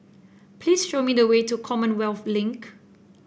please show me the way to Commonwealth Link